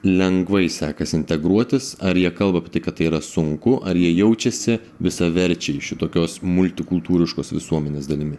lengvai sekas integruotis ar jie kalba apie tai kad tai yra sunku ar jie jaučiasi visaverčiai šitokios multikultūriškos visuomenės dalimi